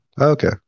okay